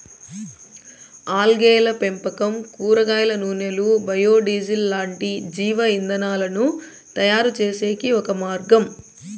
ఆల్గేల పెంపకం కూరగాయల నూనెలు, బయో డీజిల్ లాంటి జీవ ఇంధనాలను తయారుచేసేకి ఒక మార్గం